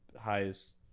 highest